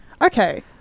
Okay